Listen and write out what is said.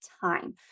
time